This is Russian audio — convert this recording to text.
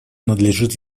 надлежит